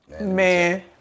Man